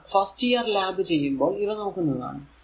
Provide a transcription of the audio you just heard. നാം first year lab ചെയ്യുമ്പോൾ ഇവ നോക്കുന്നതാണ്